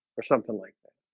or something like that,